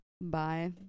Bye